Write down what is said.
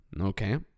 okay